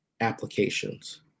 applications